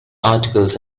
articles